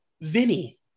Vinny